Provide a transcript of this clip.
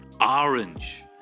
Orange